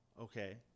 okay